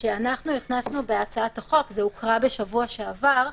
שאנחנו הכנסנו להצעת החוק, וזה הוקרא בשבוע שעבר,